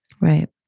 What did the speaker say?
right